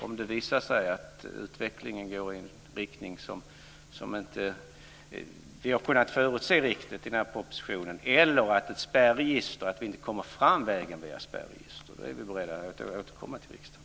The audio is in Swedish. Om det visar sig att utvecklingen går i en riktning som vi inte kunnat förutse riktigt i propositionen eller att vi inte kommer fram vägen via ett spärregister är vi beredda att återkomma till riksdagen.